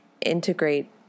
integrate